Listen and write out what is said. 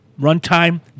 runtime